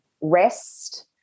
rest